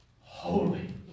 Holy